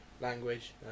language